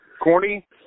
Corny